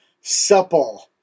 supple